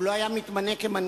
הוא לא היה מתמנה למנכ"ל,